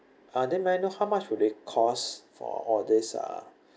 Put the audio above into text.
or then may I know how much would it cost for all this uh